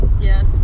Yes